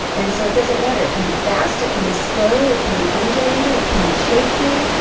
and so it doesn't matter it can be fast, it can be slow, it can be undulating, it can be shaking.